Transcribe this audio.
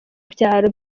byaro